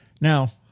Now